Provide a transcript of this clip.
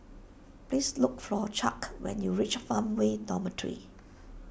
please look for Chuck when you reach Farmway Dormitory